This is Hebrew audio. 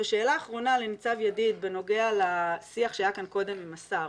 ושאלה אחרונה לניצב ידיד בנוגע לשיח שהיה כאן קודם עם השר.